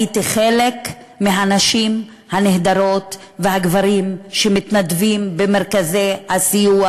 הייתי חלק מהנשים הנהדרות והגברים שמתנדבים במרכזי הסיוע